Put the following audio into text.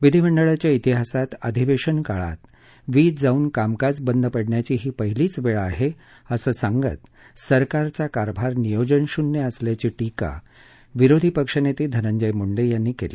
विधिमंडळाच्या श्तिहासात अधिवेशन काळात वीज जाऊन कामकाज बंद पडण्याची ही पहिलीच वेळ आहे असं सांगत सरकारचा कारभार नियोजनशून्य असल्याची टीका विरोधी पक्षनेते धनंजय मुंडे यांनी केली